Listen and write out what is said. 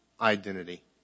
identity